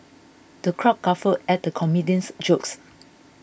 the crowd guffawed at the comedian's jokes